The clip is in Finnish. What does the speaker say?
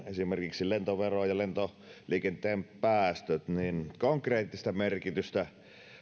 esimerkiksi lentovero ja lentoliikenteen päästöt konkreettista merkitystä